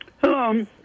Hello